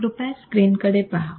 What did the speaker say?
कृपया स्क्रीन कडे पहा